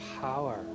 power